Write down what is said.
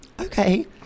Okay